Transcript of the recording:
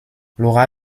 laura